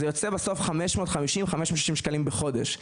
בסוף זה יוצא 550-560 שקלים בחודש.